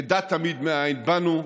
נדע תמיד מאין באנו,